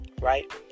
right